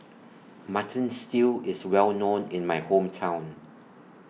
Mutton Stew IS Well known in My Hometown